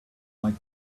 like